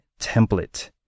template